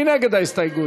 מי נגד ההסתייגות?